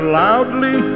loudly